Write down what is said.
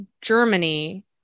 Germany